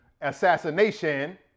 assassination